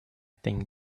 think